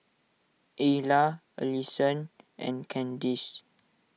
Ayla Allisson and Candice